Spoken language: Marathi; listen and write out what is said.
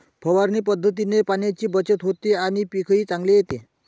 फवारणी पद्धतीने पाण्याची बचत होते आणि पीकही चांगले येते